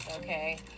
okay